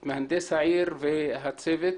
את מהנדס העיר והצוות.